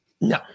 No